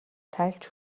тайлж